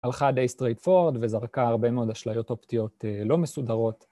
הלכה די straight forward וזרקה הרבה מאוד אשליות אופטיות לא מסודרות.